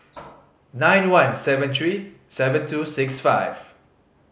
nine one seven three seven two six five